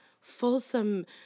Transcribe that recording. fulsome